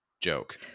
joke